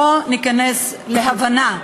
בואו ניכנס להבנה: